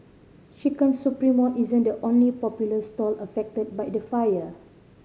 Chicken Supremo isn't the only popular stall affected by the fire